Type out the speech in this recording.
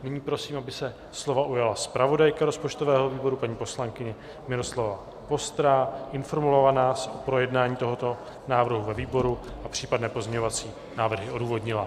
Nyní prosím, aby se slova ujala zpravodajka rozpočtového výboru paní poslankyně Miloslava Vostrá, informovala nás o projednání tohoto návrhu ve výboru a případné pozměňovací návrhy odůvodnila.